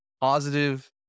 positive